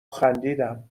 خندیدم